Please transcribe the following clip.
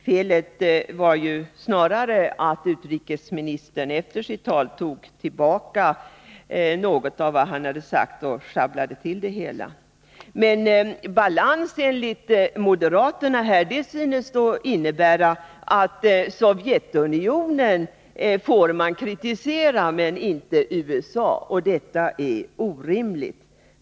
Felet var snarast att utrikesministern efter sitt tal tog tillbaka något av vad han hade sagt om USA och sjabblade till det hela. Men balans enligt moderaternas mening synes innebära att man får kritisera Sovjetunionen men inte USA, och det är orimligt.